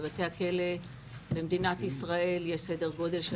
בבתי הכלא במדינת ישראל יש סדר גודל של